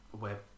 web